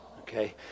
Okay